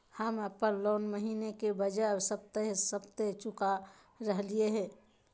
हम अप्पन लोन महीने के बजाय सप्ताहे सप्ताह चुका रहलिओ हें